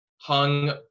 hung